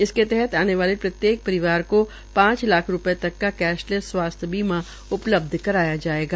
इसके तहत आने वाले प्रत्येक परिवार को पांच लाख रूपये तक का कैशलैस स्वास्थ्य बीमा उपलब्ध कराया जायेगा